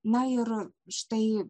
na ir štai